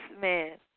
man